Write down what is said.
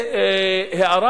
והערה